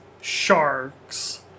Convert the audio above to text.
sharks